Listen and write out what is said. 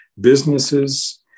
businesses